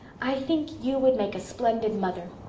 i think you would make a splendid mother.